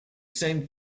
same